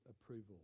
approval